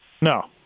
No